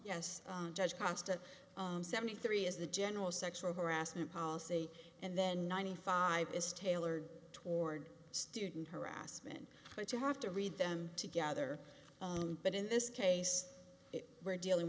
constant seventy three is the general sexual harassment policy and then ninety five is tailored toward student harassment but you have to read them together on but in this case we're dealing